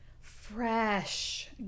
fresh